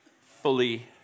fully